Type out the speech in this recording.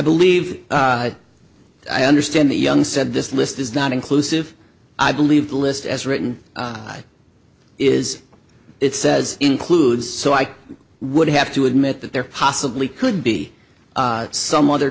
believe i understand the young said this list is not inclusive i believe the list as written is it says includes so i would have to admit that there possibly could be some other